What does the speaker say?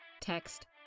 Text